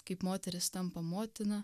kaip moteris tampa motina